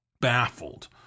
baffled